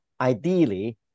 ideally